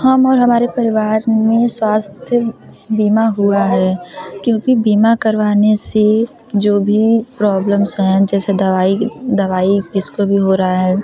हम और हमारे परिवार में स्वास्थ्य बीमा हुआ है क्योंकि बीमा करवाने से जो भी प्रोब्लम्स है जैसे दवाई दवाई किसको भी हो रहा है